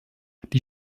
die